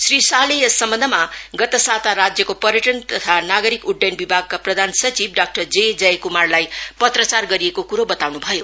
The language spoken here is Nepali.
श्री शाहले यस सम् न्धमा गत साता राज्यको पर्यटन तथा नागरिक उड्डयन विभागका प्रदान सचिव डाक्टर जे जयक्मारलाई पत्रचार गरिएको क्रो ताउन् भयो